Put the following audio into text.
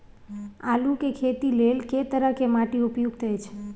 आलू के खेती लेल के तरह के माटी उपयुक्त अछि?